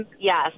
yes